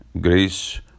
grace